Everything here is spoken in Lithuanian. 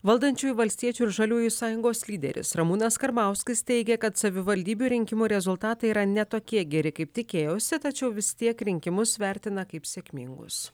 valdančiųjų valstiečių ir žaliųjų sąjungos lyderis ramūnas karbauskis teigė kad savivaldybių rinkimų rezultatai yra ne tokie geri kaip tikėjosi tačiau vis tiek rinkimus vertina kaip sėkmingus